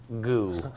goo